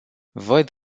văd